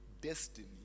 destiny